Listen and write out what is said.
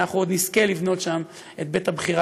עוד נזכה לבנות שם את בית הבחירה,